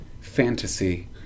fantasy